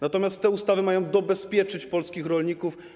Natomiast te ustawy mają dobezpieczyć polskich rolników.